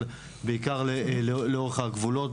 אבל בעיקר לאורך הגבולות.